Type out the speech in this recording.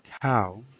cow